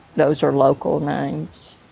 those are local names